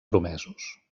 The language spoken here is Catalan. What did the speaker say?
promesos